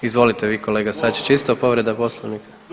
Izvolite vi kolega Sačić isto povreda Poslovnika.